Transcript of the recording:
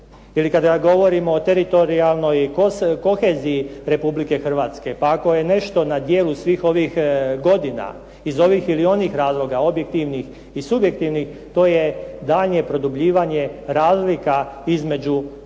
Ili kada govorimo o teritorijalnoj koheziji Republike Hrvatske. pa ako je nešto na djelu svih ovih godina iz ovih ili onih razloga, objektivnih i subjektivnih to je daljnje produbljivanje razlika između